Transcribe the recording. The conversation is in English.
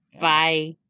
Bye